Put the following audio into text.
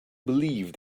believed